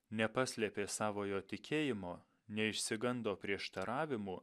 nepaslėpė savojo tikėjimo neišsigando prieštaravimų